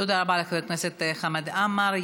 תודה רבה לחבר הכנסת חמד עמאר.